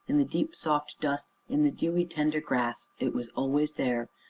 in the deep, soft dust, in the dewy, tender grass it was always there,